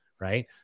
Right